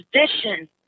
position